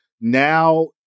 now